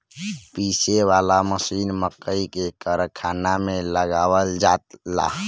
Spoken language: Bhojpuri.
पीसे वाला मशीन मकई के कारखाना में लगावल जाला